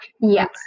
Yes